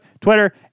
Twitter